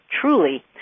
truly